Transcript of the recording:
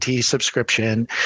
subscription